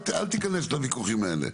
אל תיכנס לוויכוחים האלה.